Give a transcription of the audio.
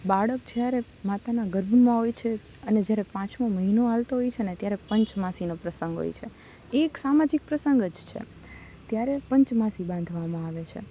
બાળક જ્યારે માતાના ગર્ભમાં હોય છે અને જ્યારે પાંચમો મહિનો ચાલતો હોય છે ને ત્યારે પંચમાસીનો પ્રસંગ હોય છે એ એક સામાજિક પ્રસંગ જ છે ત્યારે પંચમાસી બાંધવામાં આવે છે